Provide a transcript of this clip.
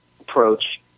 approach